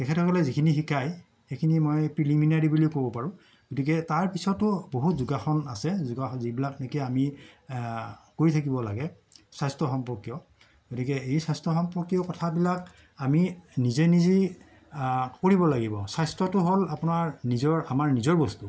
তেখেতসকলে যিখিনি শিকাই সেইখিনি মই প্ৰিলিমিনাৰী বুলি ক'ব পাৰোঁ গতিকে তাৰ পিছতো বহুত যোগাসন আছে যোগা যিবিলাক নেকি আমি কৰি থাকিব লাগে স্বাস্থ্য সম্পৰ্কীয় গতিকে এই স্বাস্থ্য সম্পৰ্কীয় কথাবিলাক আমি নিজে নিজেই কৰিব লাগিব স্বাস্থ্যটো হ'ল আপোনাৰ নিজৰ আমাৰ নিজৰ বস্তু